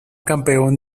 campeón